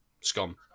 scum